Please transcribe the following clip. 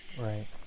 Right